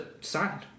signed